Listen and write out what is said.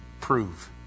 prove